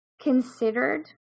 considered